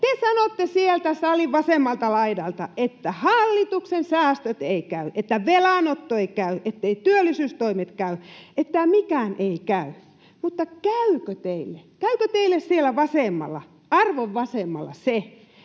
Te sanotte sieltä salin vasemmalta laidalta, että hallituksen säästöt eivät käy, että velanotto ei käy, etteivät työllisyystoimet käy, että mikään ei käy. Mutta käykö teille, käykö teille siellä vasemmalla,